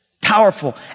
Powerful